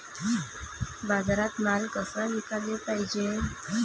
बाजारात माल कसा विकाले पायजे?